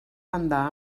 banda